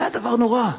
זה היה דבר נורא.